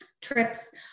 trips